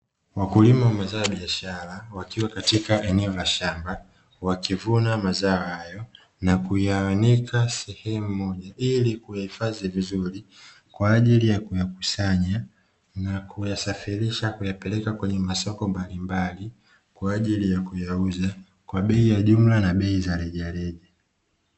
Wakulima wa mazao ya biashara wakiwa katika eneo la shamba, wakivuna mazao hayo na kuyaanika sehemu moja ili kuyahifadhi vizuri kwa ajili ya kuyakusanya na kuyasafirisha kuyapeleka nlkwenye masoko mbali mbali kwa ajili ya kuyauza kwa bei ya jumla na bei za rejareja.